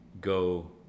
go